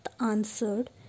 answered